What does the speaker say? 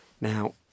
Now